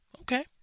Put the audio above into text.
Okay